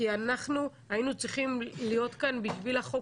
כי אנחנו היינו צריכים להיות כאן בשביל החוק